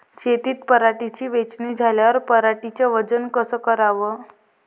शेतातील पराटीची वेचनी झाल्यावर पराटीचं वजन कस कराव?